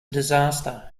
disaster